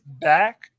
back